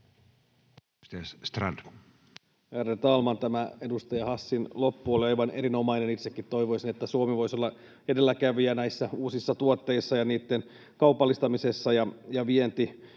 Ärade talman! Tämä edustaja Hassin lopetus oli aivan erinomainen. Itsekin toivoisin, että Suomi voisi olla edelläkävijä näissä uusissa tuotteissa ja niitten kaupallistamisessa, ja viennin